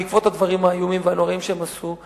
בעקבות הדברים האיומים והנוראים שהם עשו,